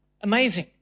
Amazing